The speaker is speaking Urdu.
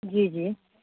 جی جی